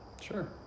sure